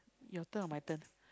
your turn or my turn